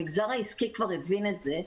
המגזר העסקי כבר הבין את זה,